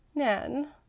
nan,